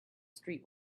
street